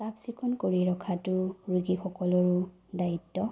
চাফ চিকুণ কৰি ৰখাটো ৰোগীসকলৰো দায়িত্ব